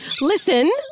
Listen